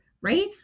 Right